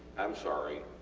um sorry,